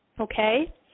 Okay